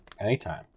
Anytime